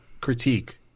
critique